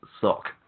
sock